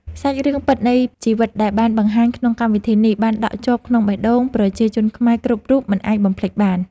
សាច់រឿងពិតនៃជីវិតដែលបានបង្ហាញក្នុងកម្មវិធីនេះបានដក់ជាប់ក្នុងបេះដូងប្រជាជនខ្មែរគ្រប់រូបមិនអាចបំភ្លេចបាន។